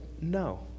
no